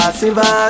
siva